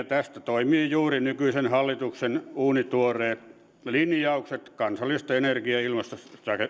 tästä toimivat juuri nykyisen hallituksen uunituoreet linjaukset kansallisesta energia ja ilmastostrategiasta